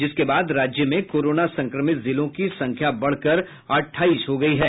जिसके बाद राज्य में कोरोना संक्रमित जिलों की संख्या बढ़कर अठाईस हो गयी है